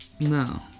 no